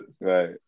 Right